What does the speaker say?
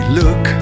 look